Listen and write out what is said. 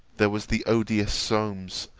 there was the odious solmes,